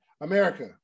America